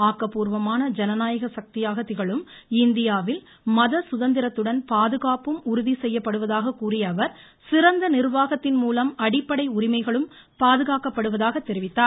ஆக்கப்பூர்வமான ஜனநாயக சக்தியாக திகழும் இந்தியாவில் மத சுதந்திரத்துடன் பாதுகாப்பும் உறுதிசெய்யப்படுவதாக கூறிய அவர் சிறந்த நிர்வாகத்தின் மூலம் அடிப்படை உரிமைகளும் பாதுகாக்கப்படுவதாக கூறினார்